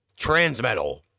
Transmetal